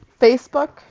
Facebook